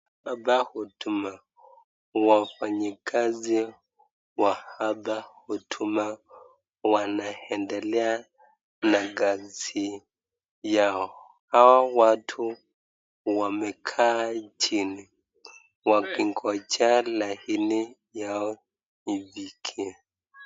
Hapa huduma, wafanyikazi wa hapa huduma wanaendele ana kazi yao. Hao watu wamekaa chini wakingojea laini yao ifikie.